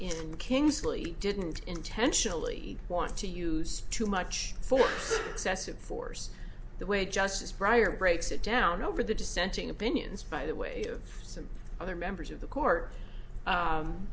in kingsley didn't intentionally want to use too much force cecille force the way justice briar breaks it down over the dissenting opinions by the way some other members of the court